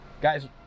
guys